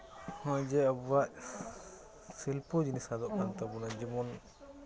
ᱦᱚᱸᱜᱼᱚᱭ ᱡᱮ ᱟᱵᱚᱣᱟᱜ ᱥᱤᱞᱯᱚ ᱡᱤᱱᱤᱥ ᱟᱫᱚᱜ ᱠᱟᱱ ᱛᱟᱵᱚᱱᱟ ᱡᱮᱢᱚᱱ